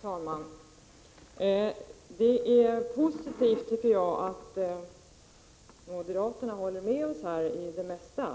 Herr talman! Det är positivt att moderaterna håller med oss i det mesta.